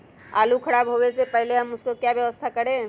आलू खराब होने से पहले हम उसको क्या व्यवस्था करें?